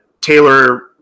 Taylor